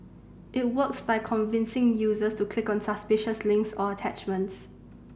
it works by convincing users to click on suspicious links or attachments